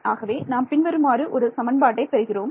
ஆகவே நாம் பின்வருமாறு ஒரு சமன்பாட்டை பெறுகிறோம்